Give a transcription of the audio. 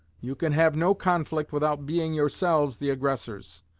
you can have no conflict without being yourselves the aggressors.